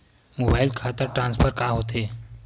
Mobile खाता transfer का होथे?